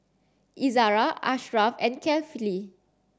Izzara Ashraff and Kefli